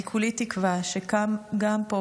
אני כולי תקווה שגם פה,